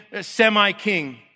semi-king